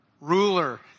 Ruler